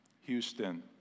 Houston